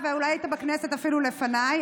ואולי היית בכנסת אפילו לפניי,